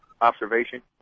observation